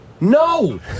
No